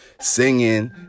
singing